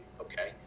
Okay